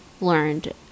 learned